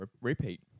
repeat